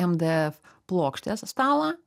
mdf plokštės stalą